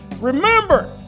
Remember